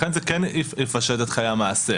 לכן זה כן יפשט את חיי המעשה.